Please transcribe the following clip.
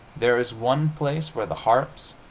there is one place where the harps,